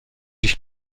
dich